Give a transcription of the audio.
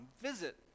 visit